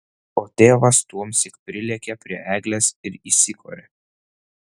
o tėvas tuomsyk prilėkė prie eglės ir įsikorė